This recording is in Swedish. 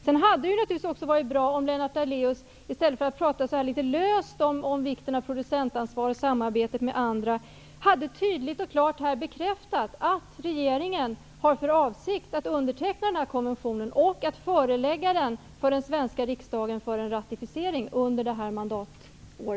Det hade varit bra om Lennart Daléus, i stället för att prata löst om vikten av producentansvar och samarbete med andra, tydligt och klart bekräftade att regeringen har för avsikt att underteckna konventionen och förelägga den för den svenska riksdagen för en ratificering under detta riksdagsår.